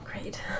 Great